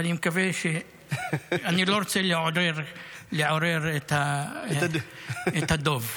ואני לא רוצה לעורר את הדוב.